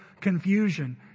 confusion